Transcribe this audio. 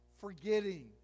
forgetting